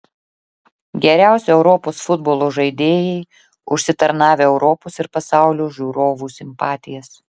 geriausi europos futbolo žaidėjai užsitarnavę europos ir pasaulio žiūrovų simpatijas